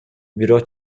бирок